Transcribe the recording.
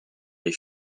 les